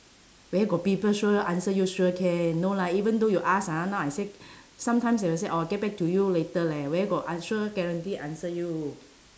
where got people sure answer you sure can no lah even though you ask ah now I say sometimes they will say I'll get back to you later leh where got an~ sure guarantee answer you